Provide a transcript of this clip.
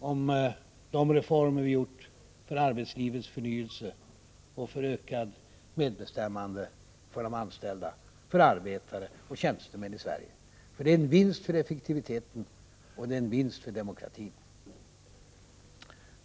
om de reformer vi genomfört för arbetslivets förnyelse och för ökat medbestämmande för de anställda, för arbetare och tjänstemän i Sverige. Det innebär en vinst för effektiviteten och en vinst för demokratin.